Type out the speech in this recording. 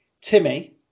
Timmy